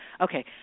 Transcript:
Okay